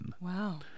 Wow